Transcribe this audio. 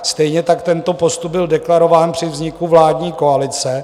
Stejně tak tento postup byl deklarován při vzniku vládní koalice.